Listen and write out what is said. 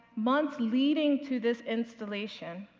months leading to this installation,